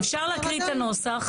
אפשר להקריא את הנוסח.